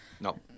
No